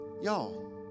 Y'all